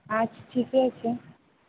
अच्छा ठीके छै